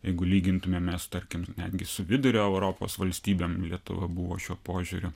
jeigu lygintumėmės tarkim netgi su vidurio europos valstybėm lietuva buvo šiuo požiūriu